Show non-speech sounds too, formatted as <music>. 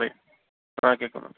അതെ <unintelligible>